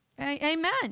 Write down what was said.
Amen